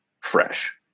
fresh